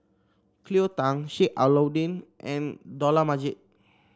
Cleo Thang Sheik Alau'ddin and Dollah Majid